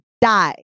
die